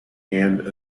and